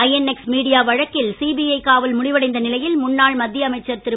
INX media வழக்கில் CBI காவல் முடிவடைந்த நிலையில் முன்னாள் மத்திய அமைச்சர் திரு